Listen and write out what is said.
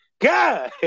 God